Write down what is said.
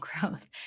growth